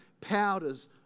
powders